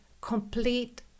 complete